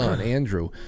Andrew